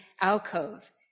alcove